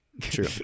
True